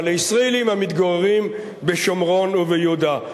על הישראלים המתגוררים בשומרון וביהודה.